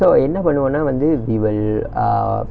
so என்ன பண்ணுவோனா வந்து:enna pannuvonaa vanthu we will err